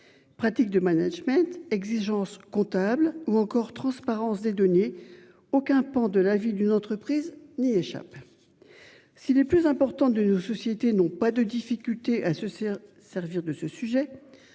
Pratiques de management exigences comptables ou encore transparence des données aucun pan de la vie d'une entreprise n'y échappe. Si les plus importants de nos sociétés n'ont pas de difficultés à se faire servir de ce sujet.